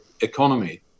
economy